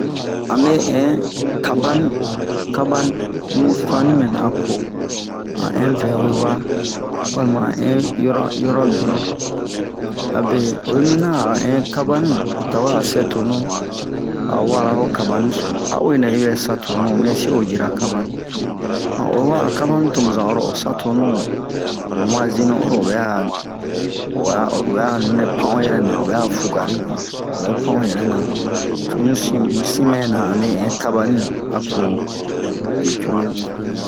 A me in kabani kabani mu su'ani mɛna apo an in vɛwe wa walima an in yoro yoro binu a be oyi mina a in kabani o tawɛ a sɛ tonu a wa'ara ho kabani so a uwe nɛ yibɛ sa tonu a muyɛsi o jira kabani oyi wa'a kabani tomu zan oro o sa tonu wo mu ma zeni oro o bɛ'a o'a obɛ a nunɛ pan o yɛrɛna o bɛ'a fugaru kwa obɛ pan o yɛrɛna tomu sin mu sin mɛna a mɛn in kabani apo be cururu